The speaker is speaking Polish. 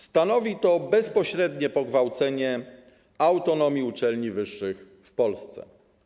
Stanowi to bezpośrednie pogwałcenie autonomii uczelni wyższych w Polsce.